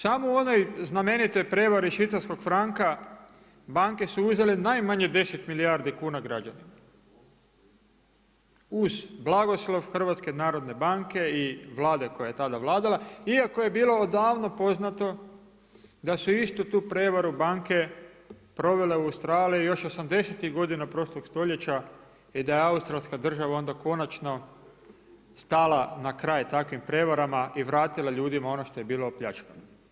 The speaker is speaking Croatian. Samo u onoj znamenitoj prevari švicarskog franka banke su uzele najmanje 10 milijardi kuna građanima uz blagoslov HNB-a i Vlade koja je tada vladala, iako je bilo odavno poznato da su istu tu prevaru banke provele u Australiji još osamdesetih godina prošlog stoljeća i da je australska država onda konačno stala na kraj takvim prevarama i vratila ljudima ono što je bilo opljačkano.